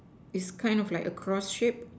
is kind of like a cross shape